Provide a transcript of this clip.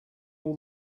all